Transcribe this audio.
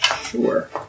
Sure